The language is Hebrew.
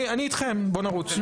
אני אתכם, בואו נרוץ.